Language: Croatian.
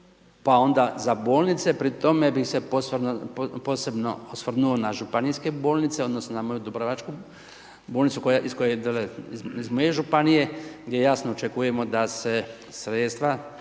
pa onda za bolnice pri tome bih se posebno osvrnuo na županijske bolnice odnosno na moju dubrovačku bolnicu iz koje dolazim iz moje županije gdje jasno očekujemo da se sredstva